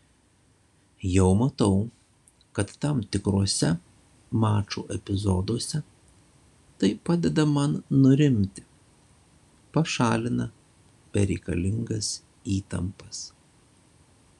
jau matau kad tam tikruose mačų epizoduose tai padeda man nurimti pašalina bereikalingas įtampas